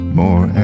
more